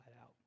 out